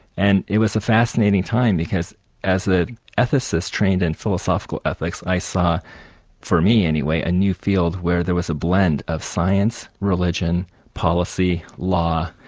and it was a fascinating time because as an ethicist trained in philosophical ethics i saw for me, anyway, a new field where there was a blend of science, religion, policy, law,